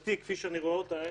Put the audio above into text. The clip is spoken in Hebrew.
ולתפיסתי כפי שאני רואה אותה,